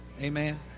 Amen